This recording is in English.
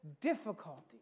difficulty